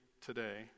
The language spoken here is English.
today